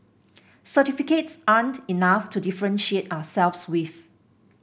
certificates aren't enough to differentiate ourselves with